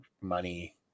money